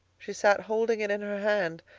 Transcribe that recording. she sat holding it in her hand,